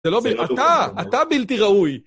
אתה, אתה בלתי ראוי.